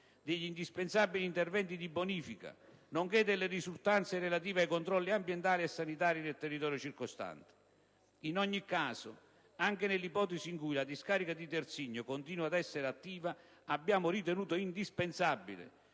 degli indispensabili interventi di bonifica, nonché delle risultanze relative ai controlli ambientali e sanitari nel territorio circostante. In ogni caso, anche nell'ipotesi in cui la discarica di Terzigno continui ad essere attiva, abbiamo ritenuto indispensabile,